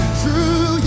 true